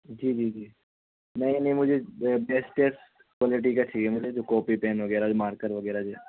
جی جی جی نہیں نہیں مجھے بیسٹیس کوالٹی کا چاہیے مجھے جو کاپی پین وغیرہ جو مارکر وغیرہ جو ہے